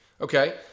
okay